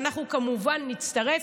וכמובן שאנחנו נצטרף.